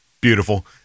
Beautiful